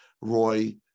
Roy